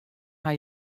har